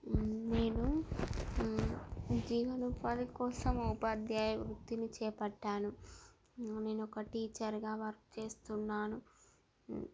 నేను జీవనోపాధి కోసం ఉపాధ్యాయుని వృత్తిని చేపట్టాను నేను ఒక టీచర్గా వర్క్ చేస్తున్నాను